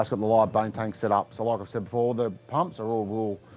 and the live bait tank set up, so like i've said before the pumps are all rule,